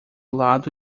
lado